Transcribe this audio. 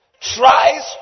tries